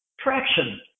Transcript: Traction